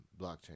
blockchain